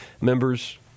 members